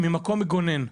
אלא ממקום מגונן.